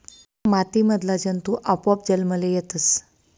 माती मधला जंतु आपोआप जन्मले येतस